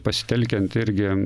pasitelkiant irgi